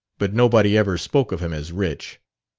but nobody ever spoke of him as rich.